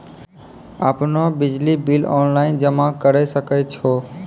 आपनौ बिजली bill online जमा करै सकै छौ?